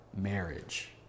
marriage